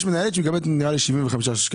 יש מנהלת שמקבלת מעל 75 שקלים.